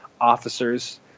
officers